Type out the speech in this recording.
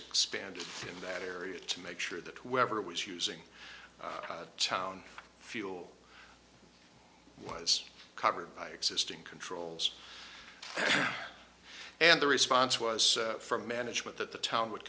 expanded in that area to make sure that whoever was using chown fuel was covered by existing controls and the response was from management that the town would